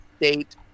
State